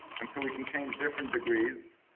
and so we can change different degrees.